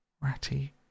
Ratty